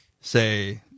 say